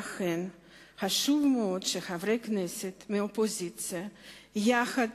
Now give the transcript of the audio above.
לכן חשוב מאוד שחברי הכנסת מהאופוזיציה יחד